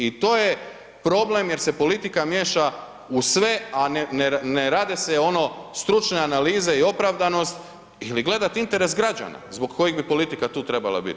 I to je problem jer se politika miješa u sve a ne rade se ono stručne analize i opravdanost ili gledati interes građana zbog kojeg bi politika tu trebala biti.